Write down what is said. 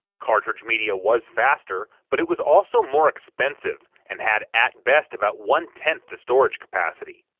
cartridge media was faster, but it was also more expensive, and had at best about one tenth the storage capacity.